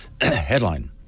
Headline